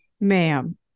Ma'am